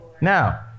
Now